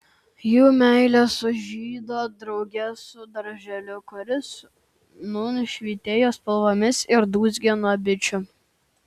jų meilė sužydo drauge su darželiu kuris nūn švytėjo spalvomis ir dūzgė nuo bičių